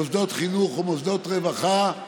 מוסדות חינוך ומוסדות רווחה,